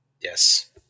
Yes